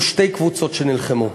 שהיו שתי קבוצות שנלחמו: